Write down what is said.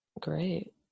Great